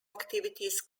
activities